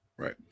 Right